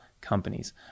companies